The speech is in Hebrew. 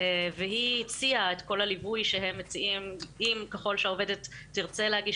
והיא הציעה את כל הליווי שהם מציעים אם וככל שהעובדת תרצה להגיש